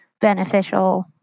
beneficial